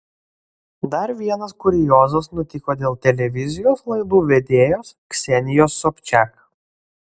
dar vienas kuriozas nutiko dėl televizijos laidų vedėjos ksenijos sobčiak